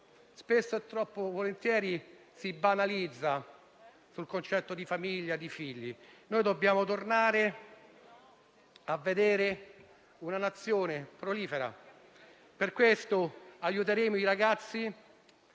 Spesso e volentieri si banalizza il concetto di famiglia e di figli, ma dobbiamo tornare a vedere una Nazione prolifica e per questo aiuteremo i ragazzi,